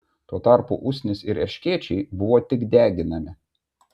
tuo tarpu usnys ir erškėčiai buvo tik deginami